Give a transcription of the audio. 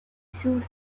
soon